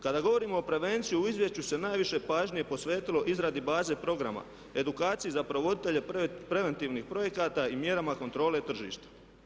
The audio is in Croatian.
Kada govorimo o prevenciji u izvješću se najviše pažnje posvetilo izradi baze programa, edukaciji za provoditelje preventivnih projekata i mjerama kontrole tržišta.